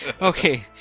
okay